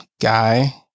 guy